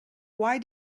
why